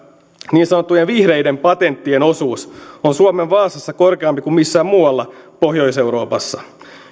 niin sanottujen vihreiden patenttien osuus on suomen vaasassa korkeampi kuin missään muualla pohjois euroopassa